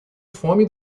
fome